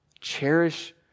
Cherish